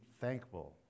thankful